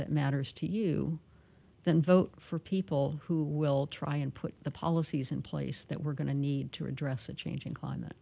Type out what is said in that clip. that matters to you then vote for people who will try and put the policies in place that we're going to need to address a changing climate